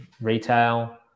retail